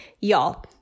y'all